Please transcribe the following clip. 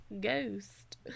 ghost